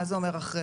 מה זה אומר, אחרי?